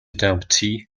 dumpty